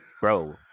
bro